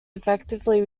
effectively